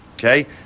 Okay